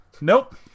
Nope